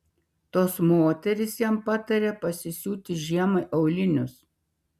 tos moterys jam patarė pasisiūti žiemai aulinius